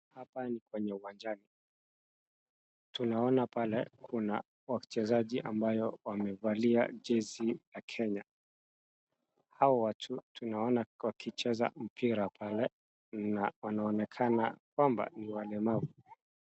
Hapa ni kwenye uwanjani, tunaona pale kuna wachezaji ambayo wamevalia jezi ya Kenya. Hao watu tunaona wakicheza mpira pale, na wanaonekana kwamba ni walemavu.